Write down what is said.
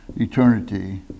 eternity